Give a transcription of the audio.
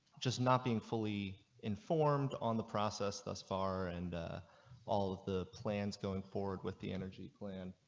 just not being fully informed on the process thus far and all of the plans going forward with the energy plan.